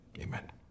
amen